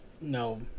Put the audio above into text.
no